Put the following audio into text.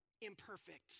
imperfect